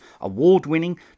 award-winning